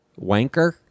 wanker